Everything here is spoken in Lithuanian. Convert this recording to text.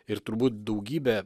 ir turbūt daugybė